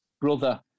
brother